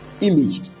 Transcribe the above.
image